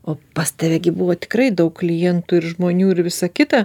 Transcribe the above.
o pas tave gi buvo tikrai daug klientų ir žmonių ir visa kita